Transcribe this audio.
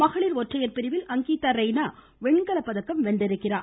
மகளிர் ஒற்றையர் பிரிவில் அங்கீதா ரெய்னா வெண்கலப்பதக்கம் வென்றார்